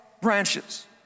branches